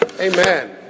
Amen